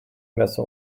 messe